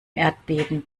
erdbeben